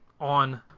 on